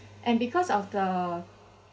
and because of the